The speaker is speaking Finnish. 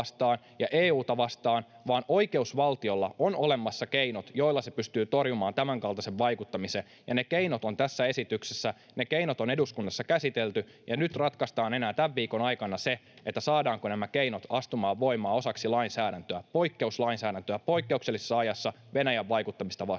ja EU:ta vastaan, vaan oikeusvaltiolla on olemassa keinot, joilla se pystyy torjumaan tämänkaltaisen vaikuttamisen. Ne keinot ovat tässä esityksessä, ne keinot on eduskunnassa käsitelty, ja nyt ratkaistaan tämän viikon aikana enää se, saadaanko nämä keinot astumaan voimaan osaksi lainsäädäntöä, poikkeuslainsäädäntöä poikkeuksellisessa ajassa Venäjän vaikuttamista vastaan.